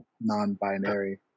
non-binary